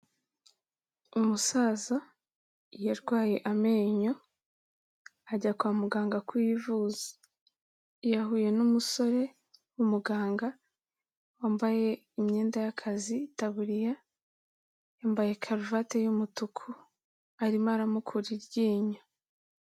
Umusaza yarwaye amenyo ajya kwa muganga kuyivuza. Yahuye n'umusore w'umuganga wambaye imyenda y'akazi, itaburiya, yambaye karuvati y'umutuku, arimo aramukura iryinyo.